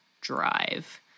drive